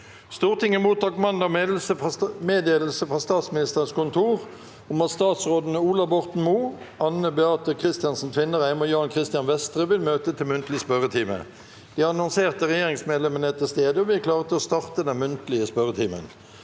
Stortinget mottok mandag meddelelse fra Statsministerens kontor om at statsrådene Ola Borten Moe, Anne Beathe Kristiansen Tvinnereim og Jan Christian Vestre vil møte til muntlig spørretime. De annonserte regjeringsmedlemmene er til stede, og vi er klare til å starte den muntlige spørretimen.